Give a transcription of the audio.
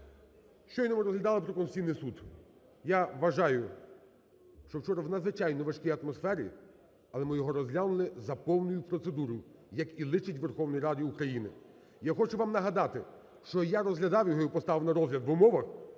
Щойно ми розглядали про Конституційний Суд, я вважаю, що вчора в надзвичайно важкій атмосфері, але ми його розглянули за повною процедурою, як і личить Верховній Раді України. Я хочу вам нагадати, що я розглядав його і поставив на розгляд в умовах,